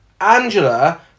Angela